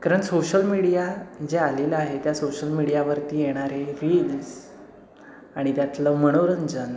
कारण social media जे आलेलं आहे त्या सोशल मीडियावरती येणारे रील्स आणि त्यातलं मनोरंजन